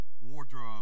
wardrobe